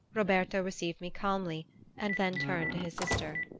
roberto received me calmly and then turned to his sister.